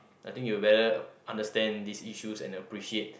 I think you better understand these issues and appreciate